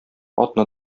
атны